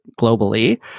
globally